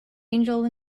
angel